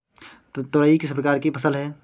तोरई किस प्रकार की फसल है?